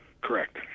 Correct